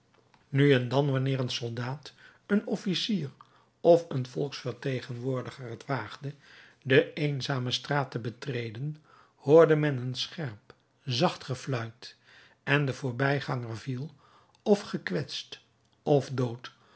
nu en dan wanneer een soldaat een officier of een volksvertegenwoordiger het waagde de eenzame straat te betreden hoorde men een scherp zacht gefluit en de voorbijganger viel f gekwetst f dood